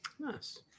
nice